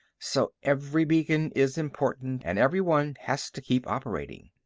so every beacon is important and every one has to keep operating.